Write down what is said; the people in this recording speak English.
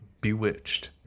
Bewitched